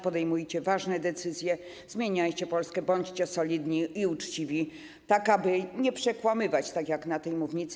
Podejmujcie ważne decyzje, zmieniajcie Polskę, bądźcie solidni i uczciwi, aby nie przekłamywać, tak jak na tej mównicy.